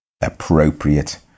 appropriate